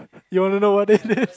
you wanna know what it is